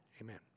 Amen